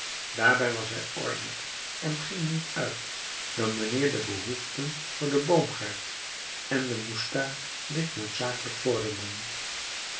daarbij was hij ordelijk en ging niet uit dan wanneer de behoeften voor den boomgaard en den moestuin dit noodzakelijk vorderden